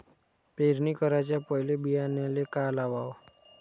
पेरणी कराच्या पयले बियान्याले का लावाव?